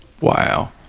Wow